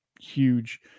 huge